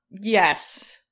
yes